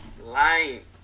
lying